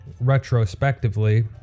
Retrospectively